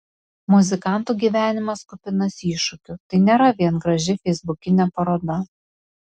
muzikantų gyvenimas kupinas iššūkių tai nėra vien graži feisbukinė paroda